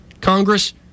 Congress